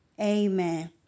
Amen